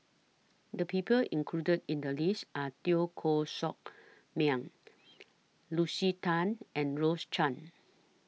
The People included in The list Are Teo Koh Sock Miang Lucy Tan and Rose Chan